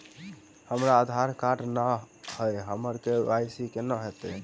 हमरा आधार कार्ड नै अई हम्मर के.वाई.सी कोना हैत?